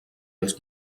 els